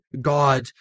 God